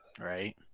Right